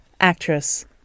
actress